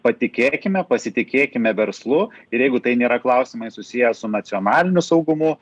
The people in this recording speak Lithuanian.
patikėkime pasitikėkime verslu ir jeigu tai nėra klausimai susiję su nacionaliniu saugumu